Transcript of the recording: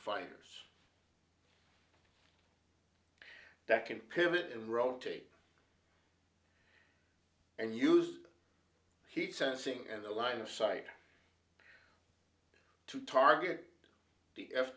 fighters that can pivot and rotate and use heat sensing and the line of sight to target the f